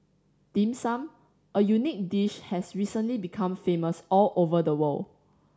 Dim Sum a unique dish has recently become famous all over the world